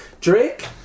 Drake